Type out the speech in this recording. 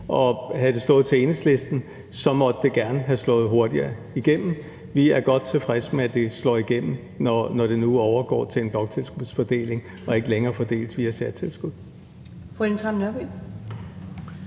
og havde det stået til Enhedslisten, måtte det gerne have slået hurtigere igennem. Vi er godt tilfreds med, at det slår igennem, når det nu overgår til en bloktilskudsfordeling og ikke længere fordeles via særtilskud.